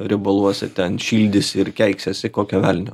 riebaluose ten šildysi ir keiksiesi kokio velnio